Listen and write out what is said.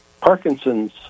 Parkinson's